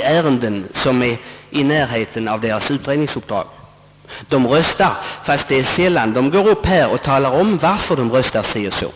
ett ärende som ligger i närheten av deras utredningsuppdrag. De röstar med eller utan motivering, men de går sällan upp i talarstolen och talar om varför de röstar på det ena eller andra sättet.